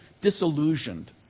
disillusioned